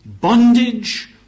bondage